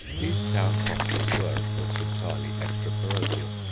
these town-properties were, of course, entirely extra-parochial.